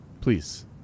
Please